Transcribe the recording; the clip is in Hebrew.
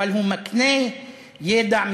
אבל הוא מקנה ידע,